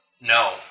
No